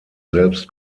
selbst